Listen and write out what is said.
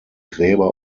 gräber